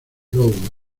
lobo